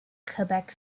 quebec